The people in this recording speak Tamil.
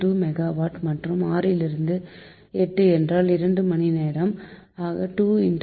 2 மெகாவாட் மற்றும் 6 லிருந்து 8 என்றால் 2 மணி நேரம் ஆக 21